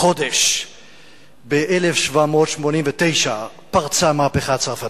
החודש ב-1789 פרצה המהפכה הצרפתית,